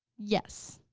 yes.